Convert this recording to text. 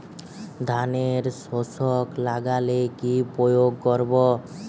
ধানের শোষক লাগলে কি প্রয়োগ করব?